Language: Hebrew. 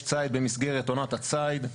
יש ציד במסגרת עונת הציד.